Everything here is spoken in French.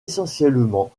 essentiellement